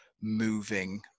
moving